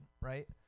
right